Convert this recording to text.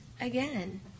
again